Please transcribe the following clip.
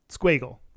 Squiggle